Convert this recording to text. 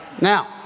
Now